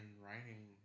writing